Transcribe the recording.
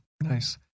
Nice